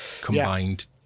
combined